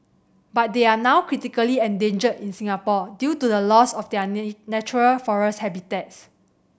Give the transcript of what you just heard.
but they are now critically endangered in Singapore due to the loss of their natural forest habitats